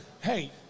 Hey